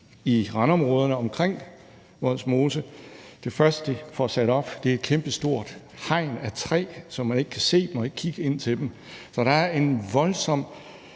i randområderne omkring Vollsmose, og det første, de får sat op, er et kæmpestort hegn af træ, så man ikke kan se dem og ikke kan kigge ind til dem. Så der er en voldsom